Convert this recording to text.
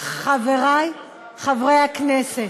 חברי חברי הכנסת,